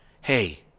Hey